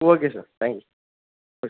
okay sir thank you okay